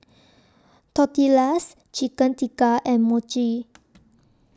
Tortillas Chicken Tikka and Mochi